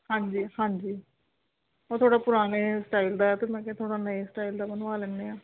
ਹਾਂਜੀ ਹਾਂਜੀ ਉਹ ਥੋੜ੍ਹੇ ਪੁਰਾਣੇ ਸਟਾਈਲ ਦਾ ਹੈ ਅਤੇ ਮੈਂ ਕਿਹਾ ਥੋੜ੍ਹਾ ਨਵੇਂ ਸਟਾਈਲ ਦਾ ਬਣਵਾ ਲੈਂਦੇ ਹਾਂ